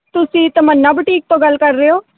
ਤੁਸੀਂ ਤਮੰਨਾ ਬੁਟੀਕ ਤੋਂ ਗੱਲ ਕਰ ਰਹੇ ਹੋ